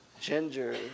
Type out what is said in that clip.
Ginger